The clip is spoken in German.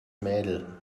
mädel